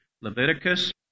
Leviticus